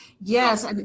Yes